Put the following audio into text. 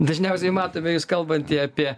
dažniausiai matome jus kalbantį apie